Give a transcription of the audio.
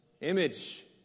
Image